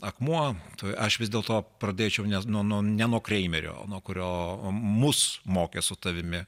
akmuo tai aš vis dėlto pradėčiau ne nuo ne nuo kreimerio o nuo kurio mus mokė su tavimi